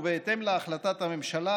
ובהתאם להחלטת הממשלה,